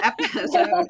episode